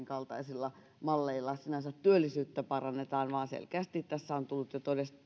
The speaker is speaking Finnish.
kaltaisilla malleilla sinänsä työllisyyttä parannetaan vaan selkeästi tässä on tullut jo